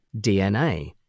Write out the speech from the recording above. DNA